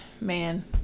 Man